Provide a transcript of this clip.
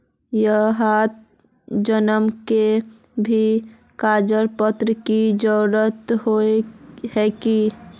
यहात जमीन के भी कागज पत्र की जरूरत होय है की?